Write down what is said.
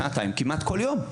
שעתיים כמעט כל יום,